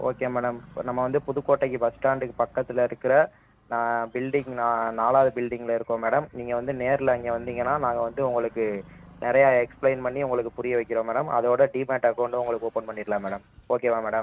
okay madam நம்ம வந்து புதுக்கோட்டைக்கு பஸ் ஸ்டாண்டுக்கு பக்கத்தில் இருக்கிற பில்டிங் நா நாலாவது பில்டிங்கில் இருக்கோம் மேடம் நீங்கள் வந்து நேரில் அங்கே வந்திங்கனால் நாங்கள் வந்து உங்களுக்கு நிறையா எக்ஸ்ப்ளைன் பண்ணி உங்களுக்கு புரிய வைக்கிறோம் மேடம் அதோடய டீமேட் அக்கௌண்டும் உங்களுக்கு ஓப்பன் பண்ணிடலாம் மேடம் ஓகேவா மேடம்